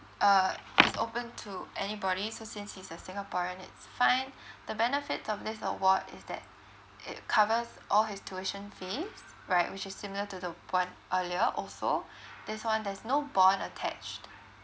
uh is open to anybody so since he's a singaporean it's fine the benefit of this award is that it covers all his tuition fees right which is similar to the one earlier also this one there's no bond attached